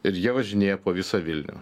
ir jie važinėja po visą vilnių